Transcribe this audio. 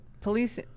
police